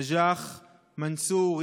נג'אח מנסור,